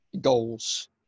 goals